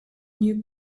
new